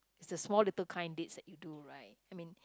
the small little kind deeds that you do right I mean